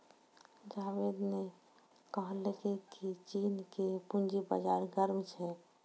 जावेद ने कहलकै की चीन के पूंजी बाजार गर्म छै